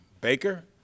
Baker